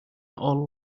all